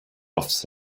offs